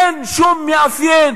אין שום מאפיין,